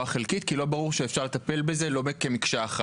חלקית כי לא ברור שאפשר לטפל בזה כמקשה אחת.